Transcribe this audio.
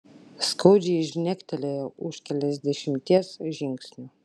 skaudžiai žnektelėjo už keliasdešimties žingsnių